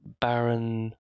Baron